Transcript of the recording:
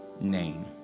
name